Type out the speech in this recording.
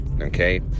Okay